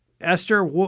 Esther